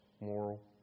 moral